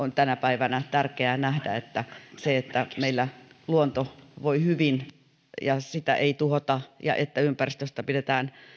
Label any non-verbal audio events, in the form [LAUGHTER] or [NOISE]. [UNINTELLIGIBLE] on tänä päivänä tärkeää nähdä että se että meillä luonto voi hyvin ja sitä ei tuhota ja että ympäristöstä pidetään